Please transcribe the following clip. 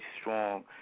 strong